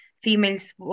females